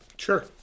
Sure